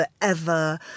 forever